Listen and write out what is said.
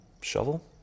shovel